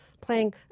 playing